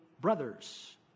brothers